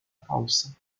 falsa